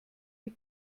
die